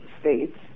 states